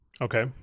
Okay